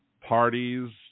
parties